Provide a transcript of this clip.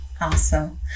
Awesome